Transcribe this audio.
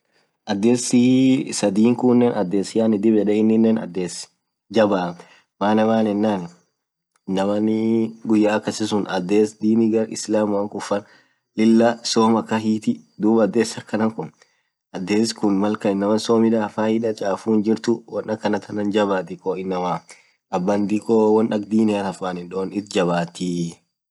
adhes lamatif iyoo adhes sadhii kunen inin dhib yed won birr thendhekithu won akhan tunen dhub dikko dansaa muuu dhub adhes akhana khun Lilah inamaa pesa khabaaa ades lamatti kasadhiti wolum kassa dhubi adhes akhan khunen inamaa woth jebiyee waq kadhethe pesa hinjiru dikko laftin malsun habontee dhub dansamuu inamaa gudhaanen Lilah hinfedhuu adhes akana khan